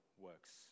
works